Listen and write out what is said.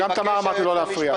גם לתמר אמרתי: לא להפריע.